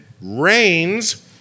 rains